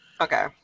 Okay